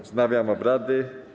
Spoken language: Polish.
Wznawiam obrady.